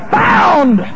found